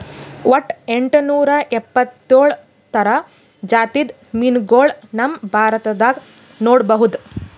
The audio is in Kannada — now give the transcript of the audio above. ವಟ್ಟ್ ಎಂಟನೂರಾ ಎಪ್ಪತ್ತೋಳ್ ಥರ ಜಾತಿದ್ ಮೀನ್ಗೊಳ್ ನಮ್ ಭಾರತದಾಗ್ ನೋಡ್ಬಹುದ್